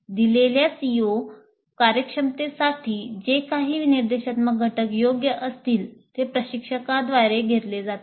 दिलेल्या सीओ कार्यक्षमतेसाठी जे काही निर्देशात्मक घटक योग्य असतील ते प्रशिक्षकाद्वारे घेतले जातात